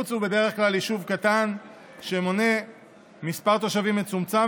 הקיבוץ הוא בדרך כלל יישוב קטן שמונה מספר תושבים מצומצם,